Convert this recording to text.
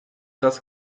das